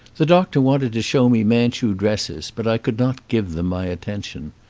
the doctor wanted to show me manchu dresses, but i could not give them my attention.